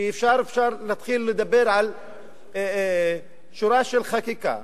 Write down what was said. ואפשר להתחיל לדבר על שורה של חקיקה,